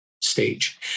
stage